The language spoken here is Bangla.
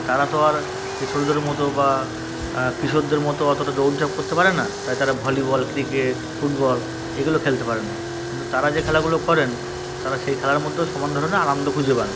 তো তারা তো আর এই ছোটদের মতো বা কিশোরদের মতো অতটা দৌড়ঝাঁপ করতে পারে না তাই তারা ভলিবল ক্রিকেট ফুটবল এগুলো খেলতে পারেন না কিন্তু তারা যে খেলাগুলো করেন তারা সেই খেলার মধ্যেও সমান ধরনের আনন্দ খুঁজে পান